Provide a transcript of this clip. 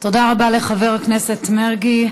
תודה רבה לחבר הכנסת מרגי.